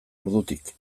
ordutik